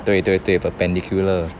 对对对 perpendicular